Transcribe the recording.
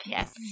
Yes